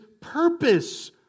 purpose